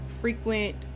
frequent